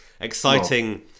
exciting